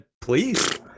please